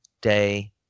day